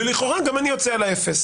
ולכאורה גם אני עומד על האפס.